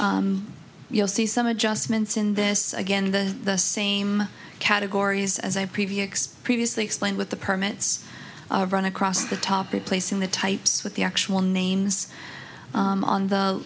you'll see some adjustments in this again the the same categories as i previous previously explained with the permits i've run across the topic placing the types with the actual names on the